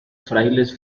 frailes